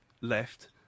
left